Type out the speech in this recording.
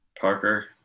Parker